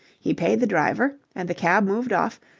he paid the driver, and the cab moved off,